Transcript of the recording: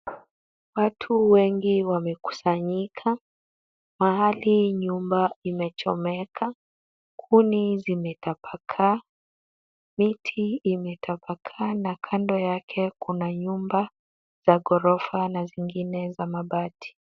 Watu wengi wamekusanyika mahali nyumba imechomeka. Kuni zimetapakaa, miti imetapakaa na kando yake kuna nyumba za ghorofa na zingine za mabati.